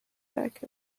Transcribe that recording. back